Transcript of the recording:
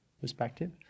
perspective